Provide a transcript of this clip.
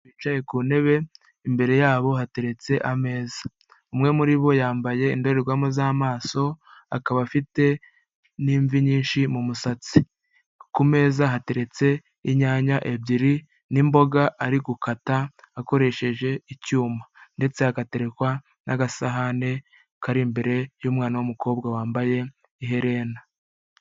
Bicaye ku ntebe imbere yabo hateretse ameza, umwe muri bo yambaye indorerwamo z'amaso akaba afite n'ivi nyinshi mu musatsi, ku meza hateretse inyanya ebyiri n'imboga ari gukata akoresheje icyuma, ndetse agaterekwa n'agasahani kari imbere y'umwana w'umukobwa wambaye iherena.